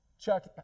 Chuck